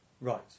Right